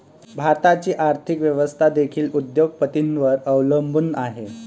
भारताची आर्थिक व्यवस्था देखील उद्योग पतींवर अवलंबून आहे